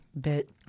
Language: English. bit